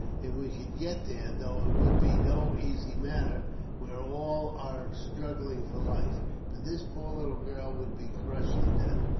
if we could get there, though it would be no easy matter where all are struggling for life but this poor little girl would be crushed to death.